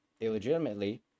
illegitimately